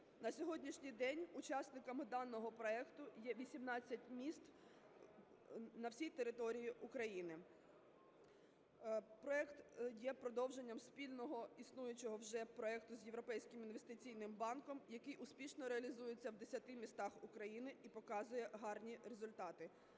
На сьогоднішній день учасниками даного проекту є 18 міст на всій території України. Проект є продовженням спільного існуючого вже проекту з Європейським інвестиційним банком, який успішно реалізується в 10 містах України і показує гарні результати.